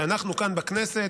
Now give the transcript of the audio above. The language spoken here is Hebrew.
שאנחנו כאן בכנסת,